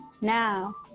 Now